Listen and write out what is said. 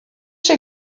się